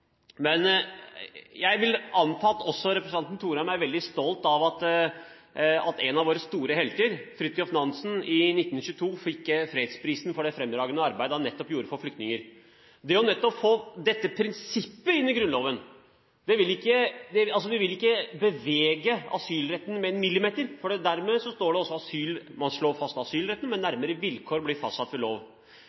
Men mitt andre spørsmål kan handle om asyl. Nå har jeg hørt det representanten har sagt. Men jeg vil anta at også representanten Thorheim er veldig stolt av at en av våre store helter, Fridtjof Nansen, i 1922 fikk fredsprisen for det fremragende arbeidet han gjorde for nettopp flyktninger. Nettopp det å få dette prinsippet inn i Grunnloven vil ikke bevege asylretten med en millimeter, for man slår fast asylretten, men nærmere vilkår blir fastsatt ved lov.